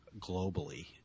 globally